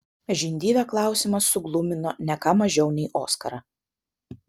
žindyvę klausimas suglumino ne ką mažiau nei oskarą